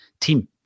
team